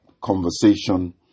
conversation